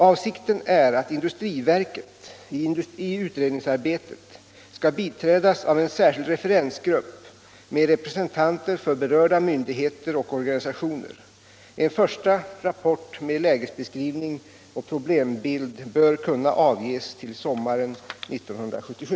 Avsikten är att industriverket i utredningsarbetet skall biträdas av en 5 särskild referensgrupp med representanter för berörda myndigheter och organisationer. En första rapport med lägesbeskrivning och problembild bör kunna avges till sommaren 1977.